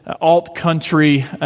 alt-country